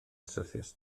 syrthiaist